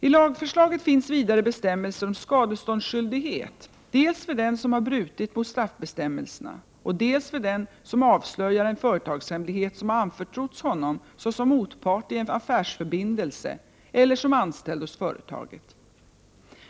I lagförslaget finns vidare bestämmelser om skadeståndsskyldighet dels för den som har brutit mot straffbestämmelserna, dels för den som avslöjar en företagshemlighet som har anförtrotts honom såsom motpart i en affärsförbindelse eller som anställd hos företaget.